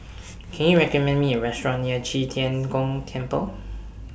Can YOU recommend Me A Restaurant near Qi Tian Gong Temple